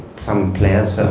some players,